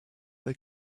the